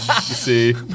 see